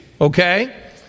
okay